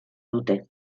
dute